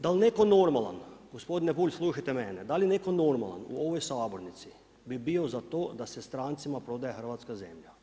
Dal neko normalan, gospodine Bulj slušajte mene, dal neko normalan u ovoj sabornici bi bio za to da se strancima prodaje hrvatska zemlja?